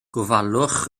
gofalwch